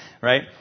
Right